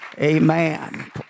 Amen